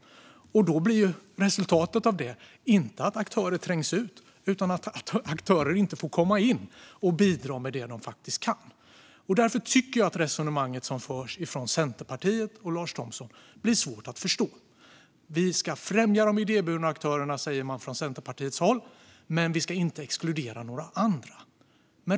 Då blir ju resultatet av detta inte att aktörer trängs ut utan att aktörer inte får komma in och bidra med det de faktiskt kan. Därför tycker jag att det resonemang som förs från Centerpartiet och Lars Thomsson blir svårt att förstå. Vi ska främja de idéburna aktörerna, säger man från Centerpartiets håll, men vi ska inte exkludera några andra.